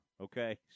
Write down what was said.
Okay